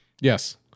Yes